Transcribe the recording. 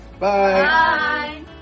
Bye